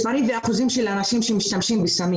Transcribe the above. מספרים ואחוזים של אנשים שמשתמשים בסמים